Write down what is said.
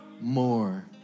more